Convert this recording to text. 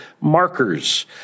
markers